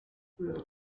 durant